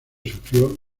sufrió